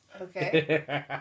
Okay